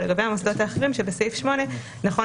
ולגבי המוסדות האחרים שבסעיף 8 נכון